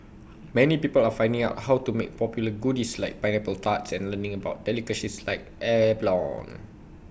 many people are finding out how to make popular goodies like pineapple tarts and learning about delicacies like abalone